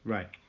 Right